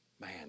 Man